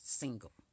single